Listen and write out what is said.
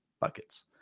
buckets